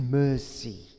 mercy